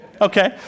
Okay